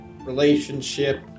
relationship